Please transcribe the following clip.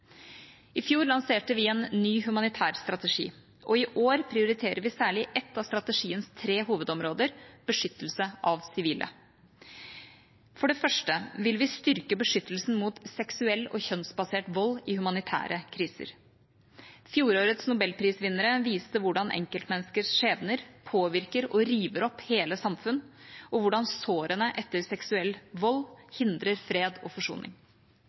I fjor lanserte vi en ny humanitær strategi, og i år prioriterer vi særlig ett av strategiens tre hovedområder: beskyttelse av sivile. For det første vil vi styrke beskyttelsen mot seksuell og kjønnsbasert vold i humanitære kriser. Fjorårets nobelprisvinnere viste hvordan enkeltmenneskers skjebner påvirker og river opp hele samfunn, og hvordan sårene etter seksualisert vold hindrer fred og forsoning.